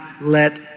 let